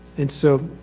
and so,